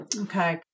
Okay